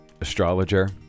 astrologer